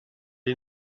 est